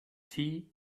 tea